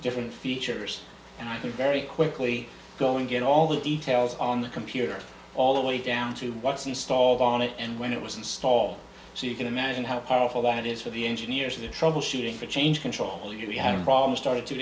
different features and i can very quickly go and get all the details on the computer all the way down to what's installed on it and when it was installed so you can imagine how powerful that is for the engineers or the troubleshooting to change control we had a problem started two